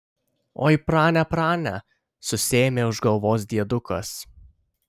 oi prane prane susiėmė už galvos diedukas